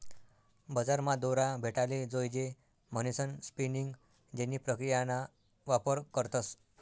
बजारमा दोरा भेटाले जोयजे म्हणीसन स्पिनिंग जेनी प्रक्रियाना वापर करतस